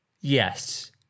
yes